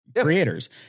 creators